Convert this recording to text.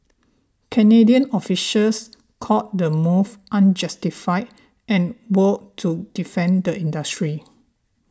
Canadian officials called the move unjustified and vowed to defend the industry